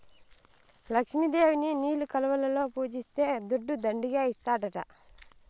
లక్ష్మి దేవిని నీలి కలువలలో పూజిస్తే దుడ్డు దండిగా ఇస్తాడట